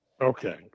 Okay